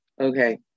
Okay